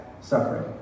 suffering